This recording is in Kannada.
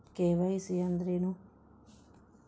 ಕೆ.ವೈ.ಸಿ ಅಂದ್ರೇನು?